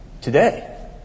today